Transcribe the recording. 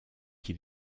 qui